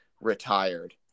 retired